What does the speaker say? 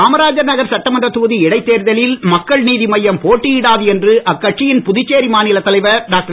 காமராஜர் நகர் சட்டமன்றத் தொகுதி இடைத்தேர்தலில் மக்கள் நீதிமய்யம் போட்டியிடாது என்று அக்கட்சியின் புதுச்சேரி மாநிலத் தலைவர் டாக்டர்